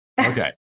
Okay